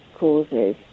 causes